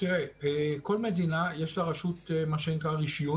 לכל מדינה יש רשות רישיון,